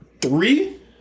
three